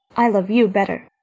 i love you better.